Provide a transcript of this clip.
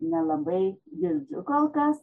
nelabai girdžiu kol kas